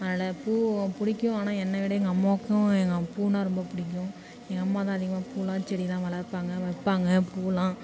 அதனால பூவும் பிடிக்கும் ஆனால் என்னைவிட எங்கள் அம்மாவுக்கும் எங்க பூன்னால் ரொம்ப பிடிக்கும் எங்கள் அம்மாதான் அதிகமாக பூவெல்லாம் செடியலாம் வளர்ப்பாங்க வைப்பாங்க பூவெல்லாம்